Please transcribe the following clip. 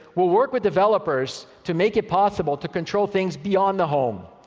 we'll work with developers to make it possible to control things beyond the home,